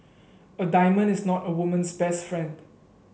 a diamond is not a woman's best friend